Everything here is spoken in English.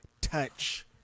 touch